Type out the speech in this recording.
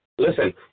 Listen